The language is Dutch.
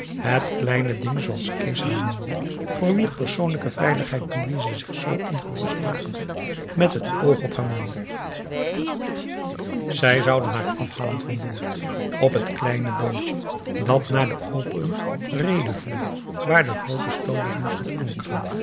het kleine ding zooals kees haar noemde voor wier persoonlijke veiligheid louise zich zoo ongerust maakte met het oog op haar man zij zouden haar afhalen van boord op het kleine bootje dat naar de open reede voer waar de groote stoomers moeten ankeren